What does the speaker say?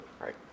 right